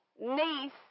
niece